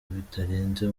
bitarenze